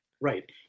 right